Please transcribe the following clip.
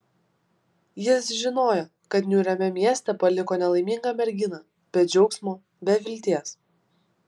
jis žinojo kad niūriame mieste paliko nelaimingą merginą be džiaugsmo be vilties